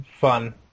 fun